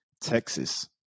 Texas